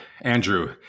andrew